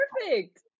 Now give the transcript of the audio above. perfect